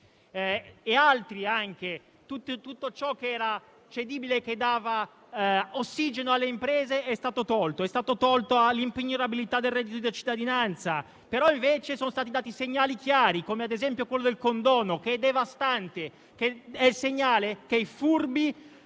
e altre misure. Tutto ciò che era cedibile e che dava ossigeno alle imprese è stato tolto; è stata tolta l'impignorabilità del reddito di cittadinanza, mentre sono stati dati segnali chiari, come, ad esempio, quello del condono, che è devastante: è il segnale che i furbi